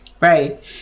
Right